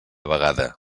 vegada